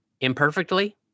imperfectly